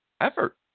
effort